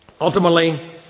Ultimately